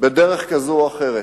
בדרך כזו או אחרת.